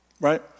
right